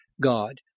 God